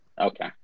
Okay